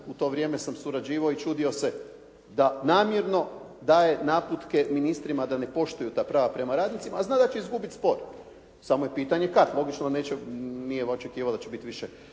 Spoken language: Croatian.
u to vrijeme sam surađivao i čudio se da namjerno daje naputke ministrima da ne poštuju ta prava prema radnicima a znaju da će izgubiti spor, samo je pitanje kada, očito nije očekivao da će biti više